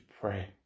pray